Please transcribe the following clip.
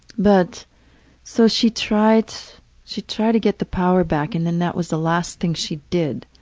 but so she tried she tried to get the power back and then that was the last thing she did.